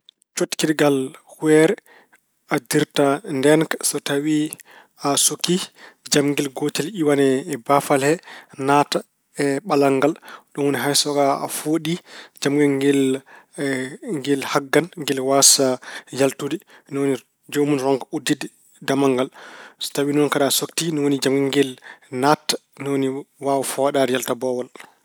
Coktirgal humbeere addirta ndeenka ko so tawi a sokii, jamngel gootel iwan e baafal he naata e ɓalal ngal. Ɗum woni hay so a fooɗi, jamngel ngel, ngel haggan, ngel waasaa yaltude. Ni woni joomun rokka uddide damal ngal. So tawi ɗum kadi a sokti ni woni jamngel ngel naatta, ni woni waawa fooɗaade, yalta boowal.